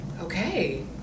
Okay